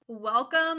welcome